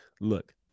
look